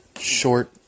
short